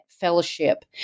fellowship